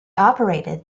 operated